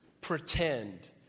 Pretend